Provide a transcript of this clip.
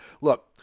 Look